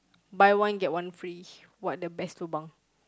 buy one get one free what the best lobang